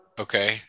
Okay